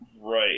Right